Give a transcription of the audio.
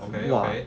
okay okay